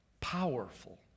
powerful